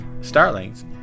Starlings